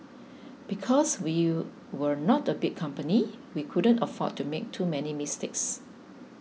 because we were not a big company we couldn't afford to make too many mistakes